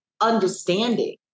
understanding